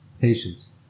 Patience